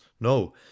no